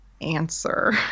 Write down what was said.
answer